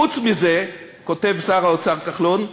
חוץ מזה, כותב שר האוצר כחלון,